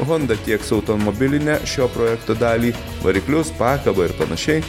honda tieks automobilinę šio projekto dalį variklius pakabą ir panašiai